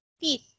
Peace